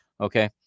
okay